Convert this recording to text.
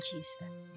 Jesus